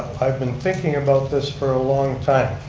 i've been thinking about this for a long time.